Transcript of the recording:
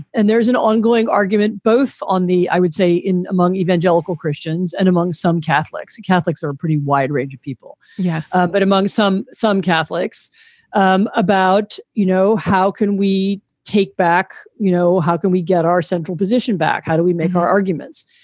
and there is an ongoing argument both on the i would say in among evangelical christians and among some catholics, catholics are pretty wide range of people. yes. ah but among some some catholics um about, you know, how can we take back, you know, how can we get our central position back? how do we make our arguments?